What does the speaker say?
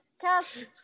Cast